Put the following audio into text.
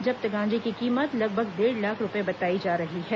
जब्त गांजे की कीमत लगभग डेढ़ लाख रूपये बताई जा रही है